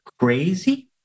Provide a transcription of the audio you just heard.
crazy